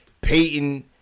Peyton